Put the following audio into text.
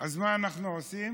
אז מה אנחנו עושים?